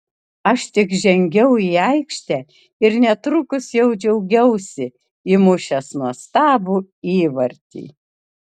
aš tik žengiau į aikštę ir netrukus jau džiaugiausi įmušęs nuostabų įvartį